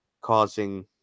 causing